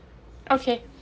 okay